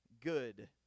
good